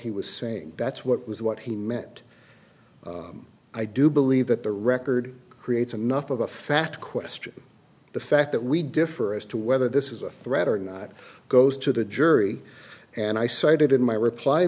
he was saying that's what was what he meant i do believe that the record creates enough of a fact question the fact that we differ as to whether this is a threat or not goes to the jury and i cited in my reply